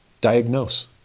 diagnose